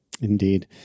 Indeed